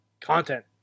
content